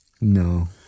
no